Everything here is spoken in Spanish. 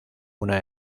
una